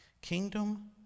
Kingdom